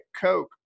Coke